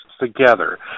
together